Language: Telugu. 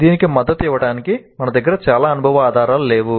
దీనికి మద్దతు ఇవ్వడానికి మన దగ్గర చాలా అనుభవ ఆధారాలు లేవు